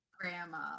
Grandma